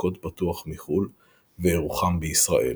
וקוד פתוח מחו"ל ואירוחם בישראל.